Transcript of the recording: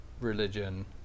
religion